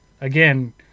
again